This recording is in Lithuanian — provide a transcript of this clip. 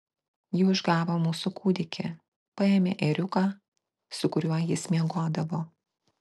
ji užgavo mūsų kūdikį paėmė ėriuką su kuriuo jis miegodavo